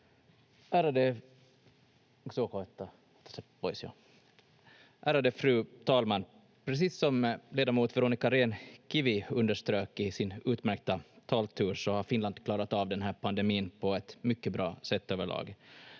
Ärade fru talman! Precis som ledamot Veronica Rehn-Kivi underströk i sin utmärkta taltur har Finland klarat av den här pandemin på ett mycket bra sätt överlag.